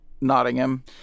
Nottingham